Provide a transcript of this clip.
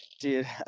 dude